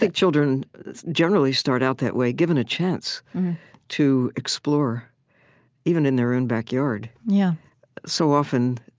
like children generally start out that way, given a chance to explore even in their own backyard. yeah so often,